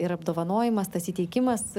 ir apdovanojimas tas įteikimas